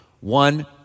One